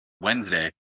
Wednesday